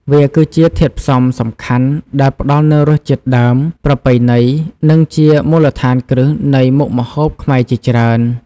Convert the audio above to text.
វាគឺជាធាតុផ្សំសំខាន់ដែលផ្តល់នូវរសជាតិដើម ប្រពៃណី និងជាមូលដ្ឋានគ្រឹះនៃមុខម្ហូបខ្មែរជាច្រើន។